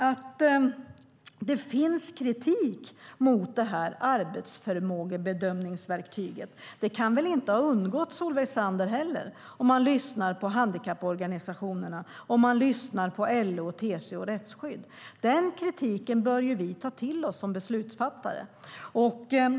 Att det finns kritik mot det här arbetsförmågebedömningsverktyget kan väl inte ha undgått Solveig Zander, om man lyssnar på handikapporganisationerna, om man lyssnar på LO-TCO Rättsskydd? Den kritiken bör vi ta till oss som beslutsfattare.